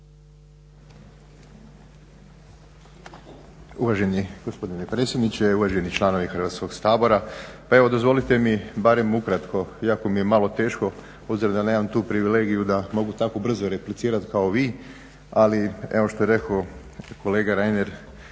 Uvaženi gospodine predsjedniče, uvaženi članovi Hrvatskog sabora. Pa evo dozvolite mi barem ukratko, iako mi je malo teško obzirom da nemam tu privilegiju da mogu tako brzo replicirati kao vi. Ali evo što je rekao kolega Reiner,